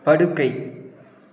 படுக்கை